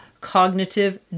cognitive